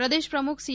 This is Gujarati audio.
પ્રદેશ પ્રમુખ સી